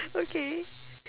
okay